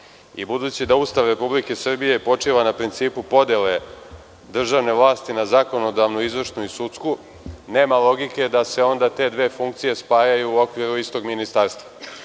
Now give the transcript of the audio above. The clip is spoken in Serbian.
Budući da Ustav RS počiva na principu podele državne vlasti na zakonodavnu, izvršnu i sudsku nema onda logike da se te dve funkcije spajaju u okviru istog ministarstva. Što